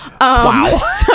Wow